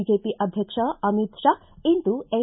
BJP ಅಧ್ಯಕ್ಷ ಅಮಿತ್ ಶಾ ಇಂದು N